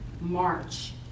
march